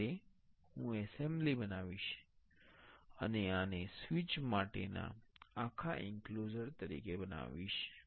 હવે હું એસેમ્બલી બનાવીશ અને આને સ્વીચ માટેના આખા એંક્લોઝર તરીકે બનાવીશ